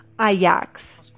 Ajax